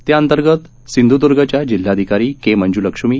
त्याअंतर्गत सिंध्दर्गच्या जिल्हाधिकारी केमंज्लक्ष्मी